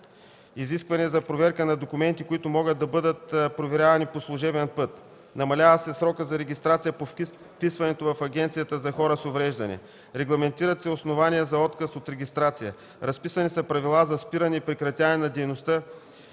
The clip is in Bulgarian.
изискване за проверка на документи, които могат да бъдат проверени по служебен път; намалява се срокът за регистрация по вписването в Агенцията за хората с увреждания; регламентират се основанията за отказ от регистрация; разписани са правила за спиране и прекратяване на дейността,